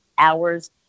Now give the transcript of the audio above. hours